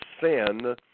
sin